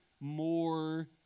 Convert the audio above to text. more